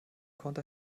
konnte